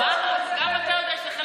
גם אתה אומר שזה חלק מישראל.